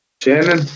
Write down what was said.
Shannon